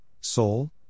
Soul